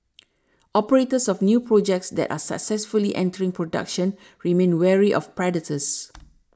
operators of new projects that are successfully entering production remain wary of predators